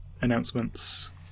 announcements